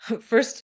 first